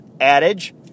adage